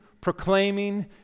proclaiming